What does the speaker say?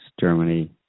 Germany